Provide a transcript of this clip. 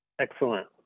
Excellent